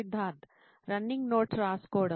Siddharth running notes రాసుకోవడం